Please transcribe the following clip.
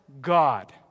God